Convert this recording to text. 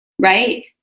right